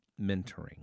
mentoring